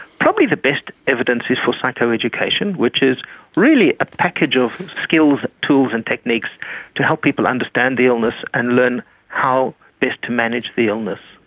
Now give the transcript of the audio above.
probably the best evidence is for psychoeducation, which is really a package of skills, tools and techniques to help people understand the illness and learn how best to manage the illness.